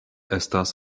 estas